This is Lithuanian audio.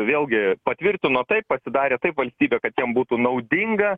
vėlgi patvirtino taip pasidarė taip valstybė kad jiem būtų naudinga